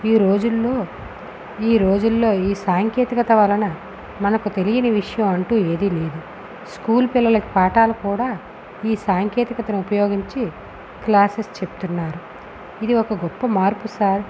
ఈరోజుల్లో ఈ రోజుల్లో ఈ సాంకేతికత వలన మనకు తెలియని విషయం అంటూ ఏదీ లేదు స్కూల్ పిల్లలకు పాఠాలు కూడా ఈ సాంకేతికతను ఉపయోగించి క్లాసెస్ చెప్తున్నారు ఇది గొప్ప మార్పు సార్